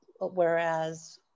whereas